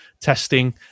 testing